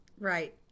Right